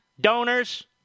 donors